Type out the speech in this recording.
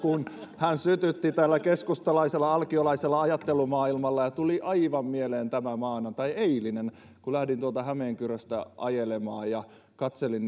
kun hän sytytti tällä keskustalaisella alkiolaisella ajattelumaailmalla tuli aivan mieleen tämä maanantai eilinen kun lähdin tuolta hämeenkyröstä ajelemaan ja katselin